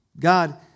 God